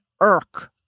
irk